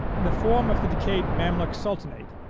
in the form of the decayed mamluk sultanate,